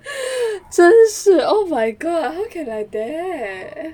真是 oh my god how can like that